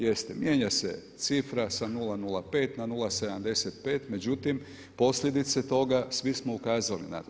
Jeste, mijenja se cifra sa 0,005 na 0,,75 međutim posljedice toga, svi smo ukazali na to.